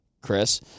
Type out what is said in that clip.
Chris